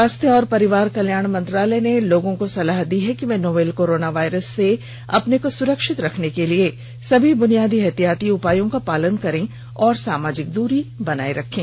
स्वास्थ्य और परिवार कल्याण मंत्रालय ने लोगों को सलाह दी है कि वे नोवल कोरोना वायरस से अपने को सुरक्षित रखने के लिए सभी बुनियादी एहतियाती उपायों का पालन करें और सामाजिक दूरी बनाए रखें